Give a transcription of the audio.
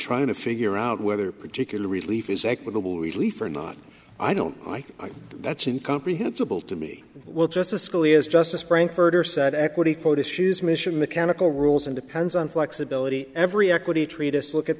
trying to figure out whether particular relief is equitable relief or not i don't like that's in comprehensible to me will justice scalia's justice frankfurter said equity quotas shoes mission mechanical rules and depends on flexibility every equity treatise look at